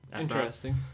Interesting